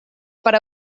per